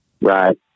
right